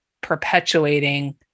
perpetuating